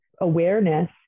awareness